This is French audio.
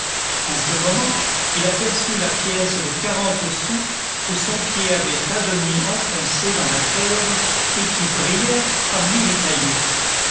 en ce moment il aperçut la pièce de quarante sous que son pied avait à demi enfoncée dans la terre et qui brillait parmi les cailloux